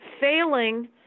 failing